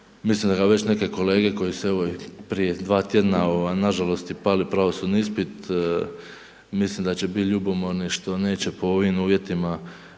mislim da ga već neke kolege, koji se evo, prije dva tjedna, nažalost i pali pravosudni ispit, mislim da će biti ljubomorni, što neće po ovim uvjetima,